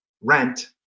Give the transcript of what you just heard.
rent